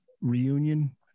reunion